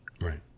Right